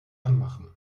anmachen